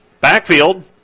backfield